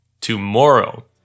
tomorrow